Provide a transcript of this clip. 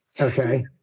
Okay